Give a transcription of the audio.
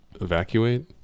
evacuate